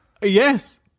Yes